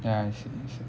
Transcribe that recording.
ya I see I see